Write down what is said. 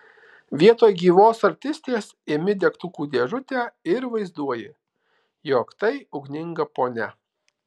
vietoj gyvos artistės imi degtukų dėžutę ir vaizduoji jog tai ugninga ponia